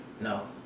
No